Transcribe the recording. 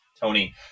Tony